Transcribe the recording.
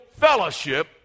fellowship